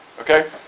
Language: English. Okay